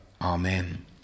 amen